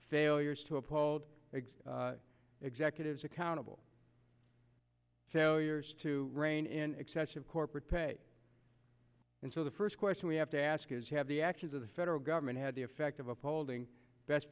failures to appalled executives accountable failures to rein in excessive corporate pay and so the first question we have to ask is have the actions of the federal government had the effect of upholding best